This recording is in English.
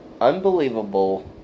Unbelievable